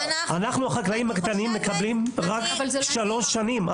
אנחנו החקלאים הקטנים מקבלים רק שלוש שנים,